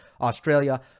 Australia